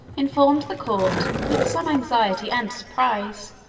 informed the court, with some anxiety and surprise,